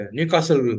Newcastle